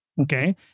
Okay